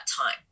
time